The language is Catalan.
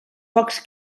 pocs